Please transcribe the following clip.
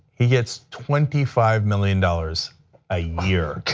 he gets twenty five million dollars a year.